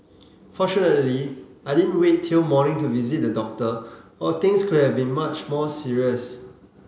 fortunately I didn't wait till morning to visit the doctor or things could have been much more serious